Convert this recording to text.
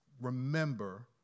remember